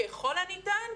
ככל הניתן,